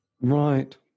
right